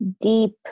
deep